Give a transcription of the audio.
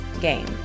game